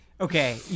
Okay